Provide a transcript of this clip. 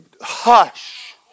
hush